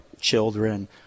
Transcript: children